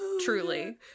Truly